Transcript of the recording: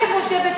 אני חושבת,